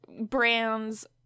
brands